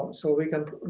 so we can